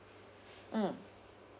mm